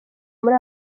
muri